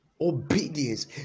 obedience